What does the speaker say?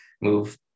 move